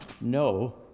no